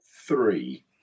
Three